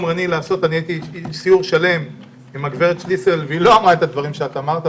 הייתי סיור שלם עם הגברת שליסל והיא לא אמרה את הדברים שאמרת,